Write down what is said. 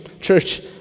church